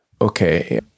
Okay